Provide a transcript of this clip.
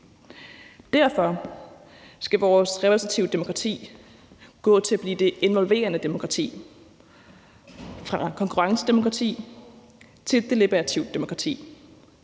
Derfor skal vores repræsentative demokrati gå over til at blive det involverende demokrati – fra konkurrencedemokrati til deliberativt demokrati.